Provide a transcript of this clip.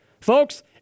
Folks